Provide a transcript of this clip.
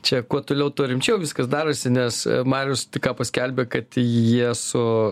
čia kuo toliau tuo rimčiau viskas darosi nes marius tik ką paskelbė kad jie su